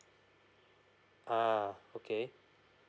uh okay